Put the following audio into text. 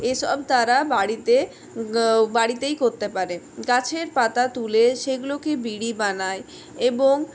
এসব তারা বাড়িতে বাড়িতেই করতে পারে গাছের পাতা তুলে সেগুলোকে বিড়ি বানায় এবং